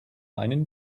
einen